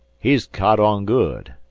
he's caught on good,